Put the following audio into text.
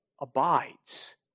abides